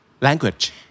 Language